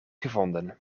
gevonden